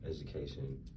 education